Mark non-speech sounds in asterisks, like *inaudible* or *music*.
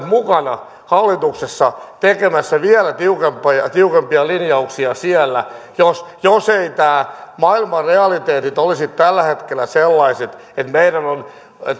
*unintelligible* mukana hallituksessa tekemässä vielä tiukempia linjauksia siellä jos jos eivät nämä maailman realiteetit olisi tällä hetkellä sellaiset että